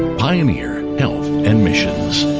pioneer health and missions